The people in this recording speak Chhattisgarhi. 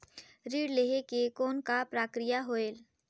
ऋण लहे के कौन का प्रक्रिया होयल?